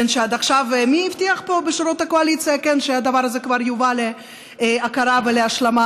מי הבטיח פה בשורות הקואליציה שהדבר הזה כבר יובא להכרה ולהשלמה?